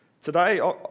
Today